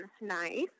nice